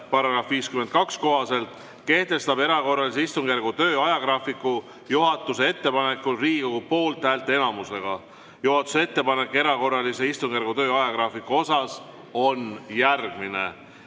seaduse § 52 kohaselt kehtestab erakorralise istungjärgu töö ajagraafiku juhatuse ettepanekul Riigikogu poolthäälte enamusega. Juhatuse ettepanek erakorralise istungjärgu töö ajagraafiku kohta on järgmine.